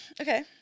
Okay